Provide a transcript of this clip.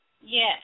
Yes